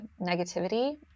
negativity